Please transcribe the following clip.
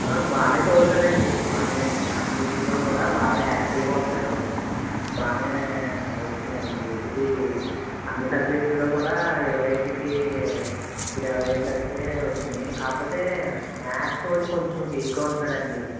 బాగానే చదవుతాడండి బాగానే అన్నిటిల్లో కూడా బాగా యాక్టివ్గా ఉంటాడు బాగానే వచ్చినాయండి ఇది అన్ని సబ్జెక్టుల్లో కూడా ఇరవై ఐదుకి ఇరవై ప్లస్సే వచ్చినీయి కాకపోతే మ్యాక్స్ ఒకటి కొంచెం వీక్గా ఉంటున్నాడండి